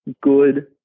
good